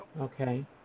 Okay